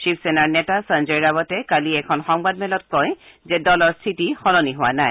শিৱসেনাৰ নেতা সঞ্জয় ৰাৱটে কালি এখন সংবাদমেলত কয় যে দলৰ স্থিতি সলনি হোৱা নাই